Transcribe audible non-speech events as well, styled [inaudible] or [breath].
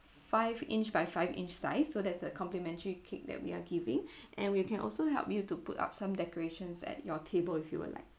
five inch by five inch size so there's a complimentary cake that we're giving [breath] and we can also help you to put up some decorations at your table if you would like